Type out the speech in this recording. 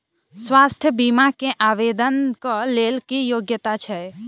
स्वास्थ्य बीमा केँ आवेदन कऽ लेल की योग्यता छै?